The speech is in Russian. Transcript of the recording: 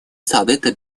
совета